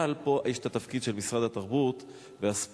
אבל פה התפקיד של משרד התרבות והספורט,